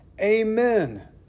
Amen